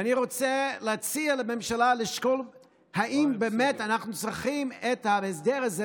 ואני רוצה להציע לממשלה לשקול אם באמת אנחנו צרכים את ההסדר הזה,